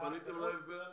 פניתם ל-FBI?